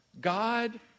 God